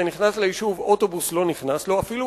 אוטובוס לא נכנס ואפילו